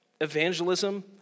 evangelism